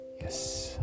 Yes